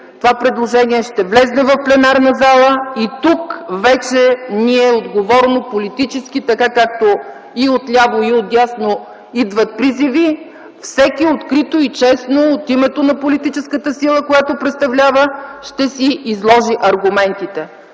това предложение ще влезе в пленарната зала и тук вече отговорно, политически, така както и отляво, и отдясно идват призиви, всеки открито и честно от името на политическата сила, която представлява, ще си изложи аргументите.